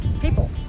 people